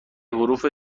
حروف